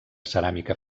ceràmica